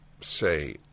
say